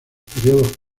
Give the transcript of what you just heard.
periodos